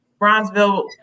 Bronzeville